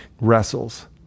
wrestles